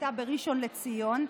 שהייתה בראשון לציון,